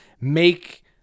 make